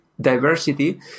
diversity